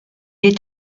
est